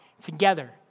together